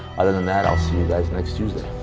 other than that, i'll see you guys next tuesday.